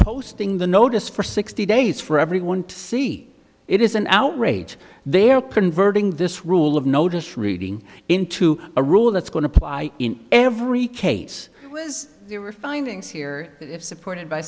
posting the notice for sixty days for everyone to see it is an outrage there print verging this rule of notice reading into a rule that's going to apply in every case was there were findings here if supported by